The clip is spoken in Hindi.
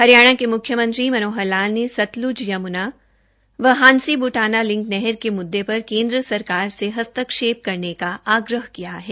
हरियाणा के मुख्यमंत्री मनोहर लाल ने सतलुज यमुनान व हांसी बुटाना लिंक नहर के मुददे पर केन्द्र सरकार से हस्तक्षेप करने का आग्रह किया है